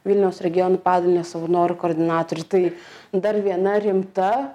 vilniaus regiono padalinio savanorių koordinatorių tai dar viena rimta